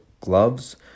gloves